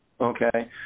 okay